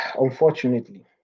unfortunately